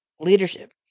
leadership